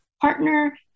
partner